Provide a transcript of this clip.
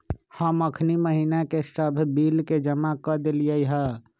हम अखनी महिना के सभ बिल के जमा कऽ देलियइ ह